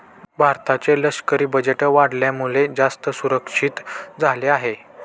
भारताचे लष्करी बजेट वाढल्यामुळे, जास्त सुरक्षित झाले आहे